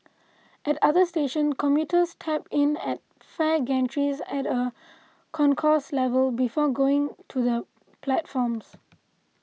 at other stations commuters tap in at fare gantries at a concourse level before going to the platforms